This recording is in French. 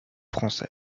français